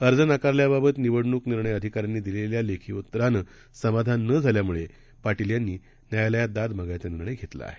अर्जनाकारल्याबाबतनिवडणुकनिर्णयअधिका यांनीदिलेल्यालेखीउत्तरानंसमाधाननझाल्यामुळेपाटीलयांनीन्यायालयातदादमागायचानिर्णय घेतलाआहे